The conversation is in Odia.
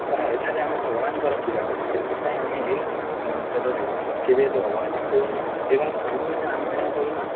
ବା ଏଠାରେ ଆମେ ଭଗବାନଙ୍କର ପୂଜା କରୁ ସେଥିପାଇଁ ଆମେ ଏହିସବୁ ଅବସରରେ କେବେ ହେଲେ ଅବହେଳା କରୁନାହୁଁ ଏବଂ ସବୁବେଳେ ଆମେ କ'ଣ କରୁନା